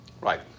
right